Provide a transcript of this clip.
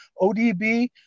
ODB